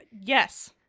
Yes